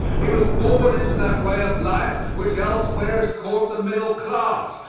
he was born into that way of life which elsewhere is called the middle class,